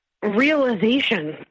Realization